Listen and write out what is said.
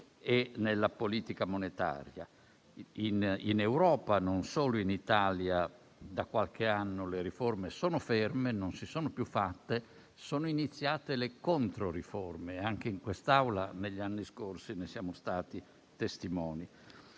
e nella politica monetaria. In Europa, non solo in Italia, da qualche anno le riforme sono ferme, non si sono più fatte e sono iniziate le controriforme. Anche in quest'Aula, negli anni scorsi, ne siamo stati testimoni.